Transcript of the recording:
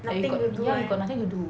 ya we got nothing to do